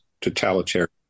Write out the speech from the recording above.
totalitarian